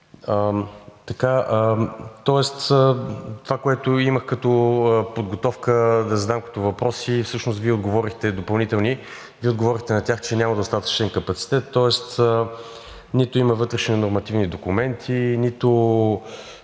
Това, което имах като подготовка да задам като въпроси, всъщност Вие и допълнителни, Вие отговорихте на тях, че няма достатъчен капацитет, тоест нито има вътрешни нормативни документи, които